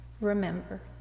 Remember